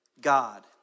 God